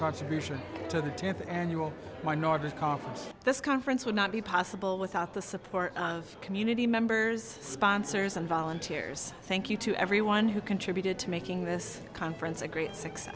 contribution to the tenth annual nor to this conference would not be possible without the support of community members sponsors and volunteers thank you to everyone who contributed to making this conference a great success